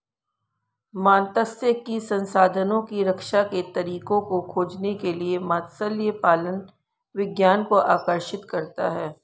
मात्स्यिकी संसाधनों की रक्षा के तरीकों को खोजने के लिए मत्स्य पालन विज्ञान को आकर्षित करता है